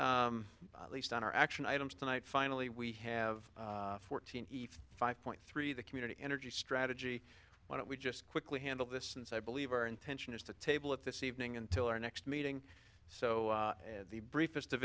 then at least on our action items tonight finally we have fourteen five point three the community energy strategy why don't we just quickly handle this since i believe our intention is to table it this evening until our next meeting so the briefest of